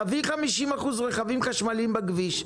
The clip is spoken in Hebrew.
תביא 50% רכבים חשמליים בכביש,